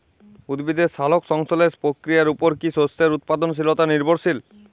উদ্ভিদের সালোক সংশ্লেষ প্রক্রিয়ার উপর কী শস্যের উৎপাদনশীলতা নির্ভরশীল?